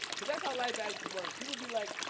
because that's how life absi words people be like,